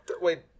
Wait